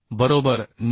बरोबर 9